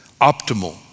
optimal